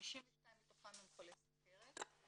52 מתוכם הם חולי סוכרת.